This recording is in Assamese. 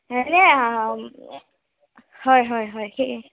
এনে হয় হয় হয় সেয়ে